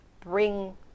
bring